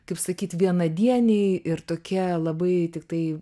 kaip sakyt vienadieniai ir tokie labai tiktai